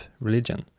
religion